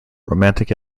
romantic